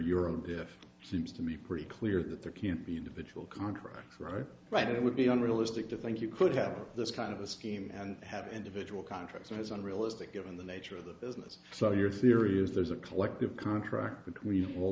if seems to me pretty clear that there can't be individual contracts right right it would be unrealistic to think you could have this kind of a scheme and have individual contracts and it's unrealistic given the nature of the business so your theory is there's a collective contract between all